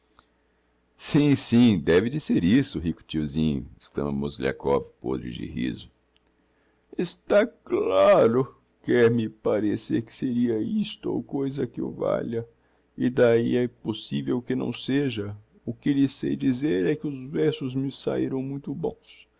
dansar sim sim deve de ser isso rico tiozinho exclama mozgliakov pôdre de riso está c claro quer-me parecer que seria isto ou coisa que o valha e d'ahi é possivel que não seja o que lhes sei dizer é que os versos me saíram muito bons